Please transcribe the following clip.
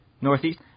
Northeast